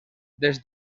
des